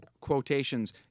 quotations